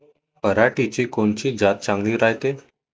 पऱ्हाटीची कोनची जात चांगली रायते?